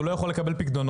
הוא לא יכול לקבל פיקדונות,